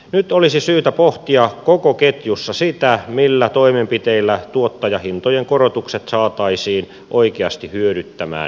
nyt olisi syytä pohtia koko ketjussa sitä millä toimenpiteillä tuottajahintojen korotukset saataisiin oikeasti hyödyttämään viljelijää